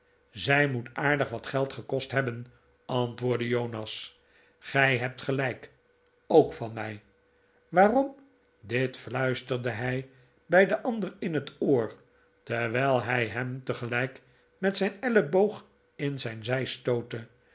zij moet aardig wat geld gekost hebben antwoordde jonas gij hebt gelijk ook van mij waarom dit fluisterde hij den ander in het oor terwijl hij hem tegelijk met zijn elleboog in zijn zij stootte